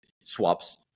swaps